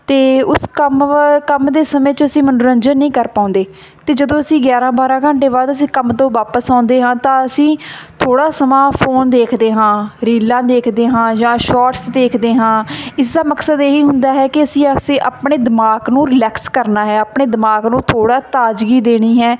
ਅਤੇ ਉਸ ਕੰਮ ਵ ਕੰਮ ਦੇ ਸਮੇਂ 'ਚ ਅਸੀਂ ਮਨੋਰੰਜਨ ਨਹੀਂ ਕਰ ਪਾਉਂਦੇ ਅਤੇ ਜਦੋਂ ਅਸੀਂ ਗਿਆਰ੍ਹਾਂ ਬਾਰ੍ਹਾਂ ਘੰਟੇ ਬਾਅਦ ਅਸੀਂ ਕੰਮ ਤੋਂ ਵਾਪਿਸ ਆਉਂਦੇ ਹਾਂ ਤਾਂ ਅਸੀਂ ਥੋੜ੍ਹਾ ਸਮਾਂ ਫੋਨ ਦੇਖਦੇ ਹਾਂ ਰੀਲਾਂ ਦੇਖਦੇ ਹਾਂ ਜਾਂ ਸ਼ੋਰਟਸ ਦੇਖਦੇ ਹਾਂ ਇਸ ਦਾ ਮਕਸਦ ਇਹ ਹੀ ਹੁੰਦਾ ਹੈ ਕਿ ਅਸੀਂ ਆਪਣੇ ਦਿਮਾਗ ਨੂੰ ਰਿਲੈਕਸ ਕਰਨਾ ਹੈ ਆਪਣੇ ਦਿਮਾਗ ਨੂੰ ਥੋੜ੍ਹਾ ਤਾਜ਼ਗੀ ਦੇਣੀ ਹੈ